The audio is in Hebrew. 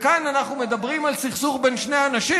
כאן אנחנו מדברים על סכסוך בין שני אנשים,